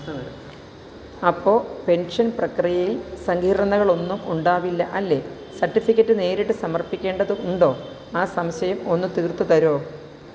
അപ്പോള് പെൻഷൻ പ്രക്രിയയിൽ സങ്കീർണതകളൊന്നും ഉണ്ടാവില്ല അല്ലേ സർട്ടിഫിക്കറ്റ് നേരിട്ട് സമർപ്പിക്കേണ്ടതുണ്ടോ ആ സംശയം ഒന്ന് തീർത്ത് തരുമോ